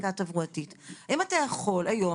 האם אתה יכול היום,